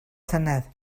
llynedd